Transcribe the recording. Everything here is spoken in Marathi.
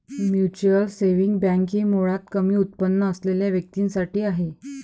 म्युच्युअल सेव्हिंग बँक ही मुळात कमी उत्पन्न असलेल्या व्यक्तीं साठी आहे